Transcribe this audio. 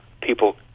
people